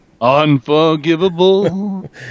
Unforgivable